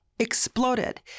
exploded